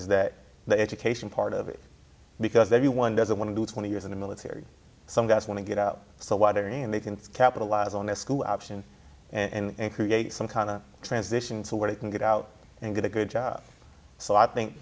is that the education part of it because everyone doesn't want to do twenty years in the military some guys want to get out so whatever and they can capitalize on this school option and create some kind of transition to where he can get out and get a good job so i think